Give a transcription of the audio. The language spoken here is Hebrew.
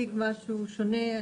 נציג מחאת הנוער למען האקלים.